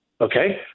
okay